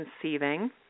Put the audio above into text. conceiving